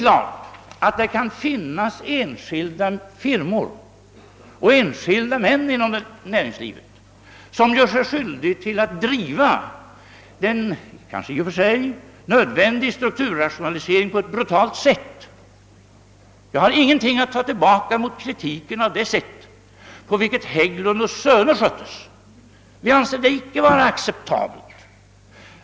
Men enskilda firmor och enskilda män inom näringslivet, kan givetvis göra sig skyldiga till att driva en i och för sig nödvändig strukturrationalisering på ett brutalt sätt. Jag har ingenting att ta tillbaka av kritiken mot det sätt på vilket Hägglund & Söner sköttes. Vi anser inte detta vara acceptabelt.